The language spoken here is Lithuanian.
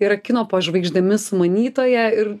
yra kino po žvaigždėmis sumanytoja ir